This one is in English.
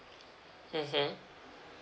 mmhmm